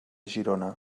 girona